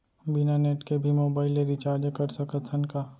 बिना नेट के भी मोबाइल ले रिचार्ज कर सकत हन का?